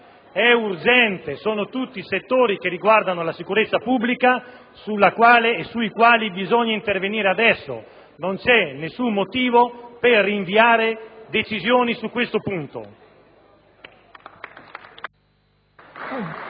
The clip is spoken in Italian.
urgenti; sono tutti settori che riguardano la sicurezza pubblica sui quali bisogna intervenire adesso e non c'è nessun motivo per rinviare decisioni su questo argomento.